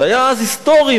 זה היה אז היסטורי.